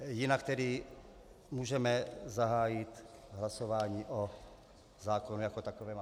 Jinak tedy můžeme zahájit hlasování o zákonu jako takovém.